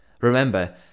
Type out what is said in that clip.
Remember